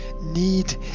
Need